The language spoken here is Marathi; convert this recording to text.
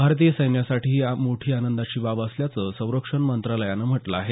भारतीय सैन्यासाठी ही मोठी आनंदाची बाब असल्याचं संरक्षण मंत्रालयानं म्हटलं आहे